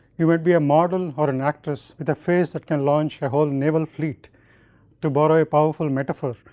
you might be a model or an actress with a face that can launch a whole naval fleet to borrow a powerful metaphor,